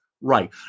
right